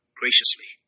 graciously